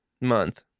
month